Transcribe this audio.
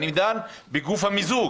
אני דן בגוף המיזוג,